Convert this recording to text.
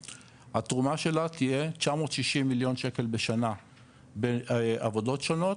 התרומה שלה תהיה 960 מיליון שקל בשנה בעבודות שונות,